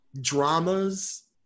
dramas